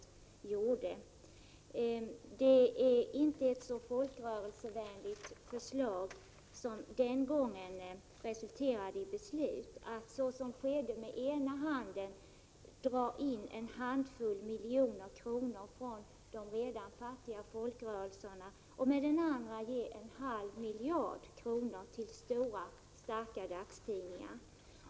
Det var ett inte så folkrörelsevänligt förslag som den gången resulterade i beslutet att med ena handen dra in en handfull miljoner kronor från de redan fattiga folkrörelserna och med den andra ge en halv miljard kronor till stora starka dagstidningar.